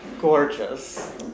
gorgeous